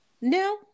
no